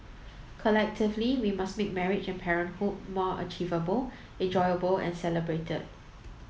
collectively we must make marriage and parenthood more achievable enjoyable and celebrated